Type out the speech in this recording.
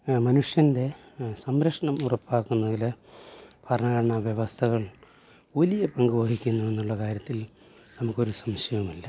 മനുഷ്യൻ്റെ സംരക്ഷണം ഉറപ്പാക്കുന്നതിൽ ഭരണഘടന വ്യവസ്ഥകൾ വലിയ പങ്ക് വഹിക്കുന്നു എന്നുള്ള കാര്യത്തിൽ നമുക്ക് ഒരു സംശയവുമില്ല